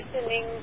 listening